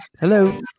Hello